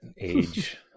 age